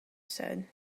said